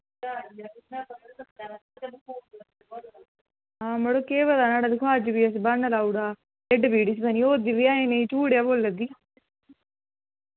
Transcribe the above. ते मड़ो केह् पता न्हाड़ा मड़ो दिक्खो आं अज्ज बी इस ब्हाना लाई ओड़दा टिड्ढ पीड़ इसी पता निं होआ दी बी ऐ जां नेईं एह् झूठ गै बोल्ला दी ऐ